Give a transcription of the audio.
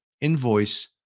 invoice